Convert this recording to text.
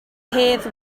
hedd